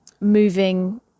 moving